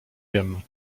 wiem